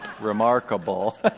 remarkable